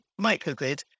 microgrid